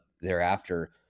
thereafter